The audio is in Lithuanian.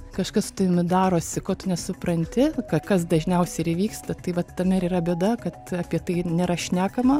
kažkas su tavimi darosi ko tu nesupranti kas dažniausiai ir įvyksta tai vat tame ir yra bėda kad apie tai nėra šnekama